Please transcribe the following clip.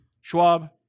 Schwab